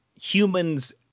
humans